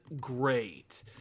great